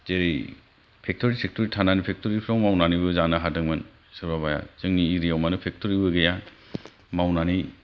जेरै फेक्त'रि सेकतरि थानानै फेक्त'रिफ्राव मावनानैबो जानो हादोंमोन सोरबाबाया जोंनि एरियायाव मानो फेक्त'रिबो गैया मावनानै